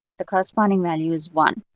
the corresponding value is one,